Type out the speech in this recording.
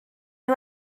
nhw